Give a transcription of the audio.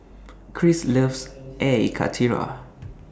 Chris loves Air Karthira